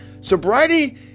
Sobriety